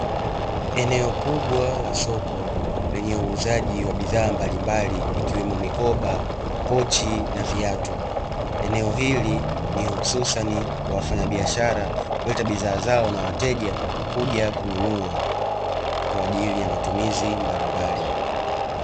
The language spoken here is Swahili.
Eneo kubwa la soko lenye uuzaji wa bidhaa mbalimbali kwaajili ya matumizi